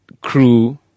crew